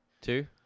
two